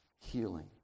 healing